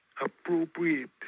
appropriate